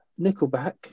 Nickelback